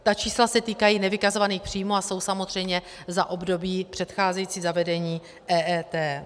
Ta čísla se týkají nevykazovaných příjmů a jsou samozřejmě za období předcházející zavedení EET.